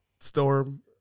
Storm